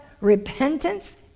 Repentance